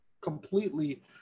completely